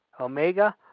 Omega